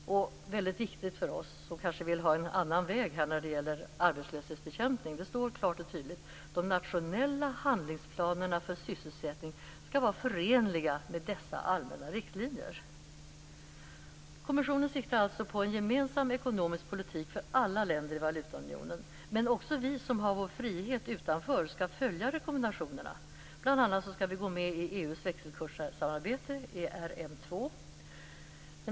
Något som är väldigt viktigt för oss som vill ha en annan väg när det gäller arbetslöshetsbekämpning, det står klart och tydligt: De nationella handlingsplanerna för sysselsättning skall vara förenliga med dessa allmänna riktlinjer. Kommissionen siktar alltså på en gemensam ekonomisk politik för alla länder i valutaunionen. Men också vi, som har vår frihet utanför, skall följa rekommendationerna, bl.a. skall vi gå med i EU:s växelkurssamarbete, ERM2.